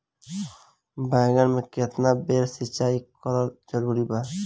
बैगन में केतना बेर सिचाई करल जरूरी बा?